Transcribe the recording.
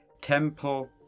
temple